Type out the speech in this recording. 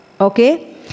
Okay